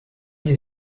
des